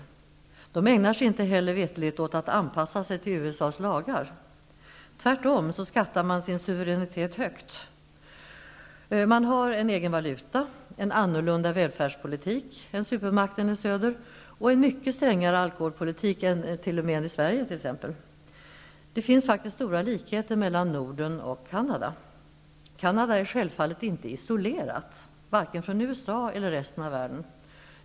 Canada ägnar sig heller inte veterligt åt att anpassa sina lagar till USA:s. Tvärtom skattar man sin suveränitet högt. Man har en egen valuta, en annorlunda välfärdspolitik än supermakten i söder och en mycket strängare alkoholpolitik än t.o.m. Sverige. Det finns faktiskt stora likheter mellan Norden och Canada. Canada är självfallet inte isolerat, varken från USA eller från resten av världen.